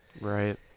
Right